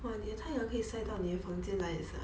!wah! 你的太阳可以晒到你的房间来也是 ah